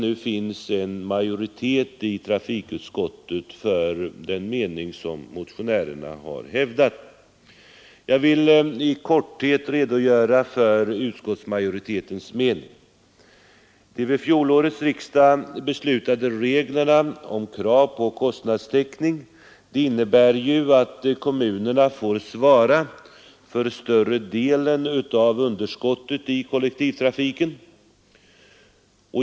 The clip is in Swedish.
Nu finns det en majoritet i trafikutskottet för den mening som motionärerna har hävdat. Jag skall här i korthet redogöra för utskottsmajoritetens mening. De vid fjolårets riksdag beslutade reglerna om kostnadstäckning innebär att kommunerna får svara för större delen av underskottet i kollektivtrafiken.